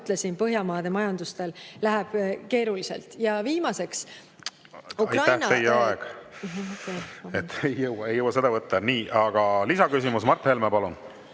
Põhjamaade majandustel läheb keeruliselt. Ja viimaseks, Ukraina … Aitäh, teie aeg! Ei jõua seda võtta. Nii, aga lisaküsimus. Mart Helme, palun!